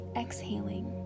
exhaling